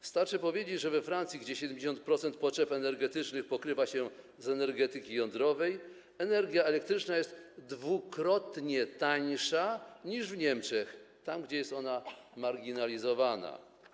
Wystarczy powiedzieć, że we Francji, gdzie 70% potrzeb energetycznych pokrywa się z energetyki jądrowej, energia elektryczna jest dwukrotnie tańsza niż w Niemczech, tam, gdzie jest ona marginalizowana.